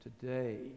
Today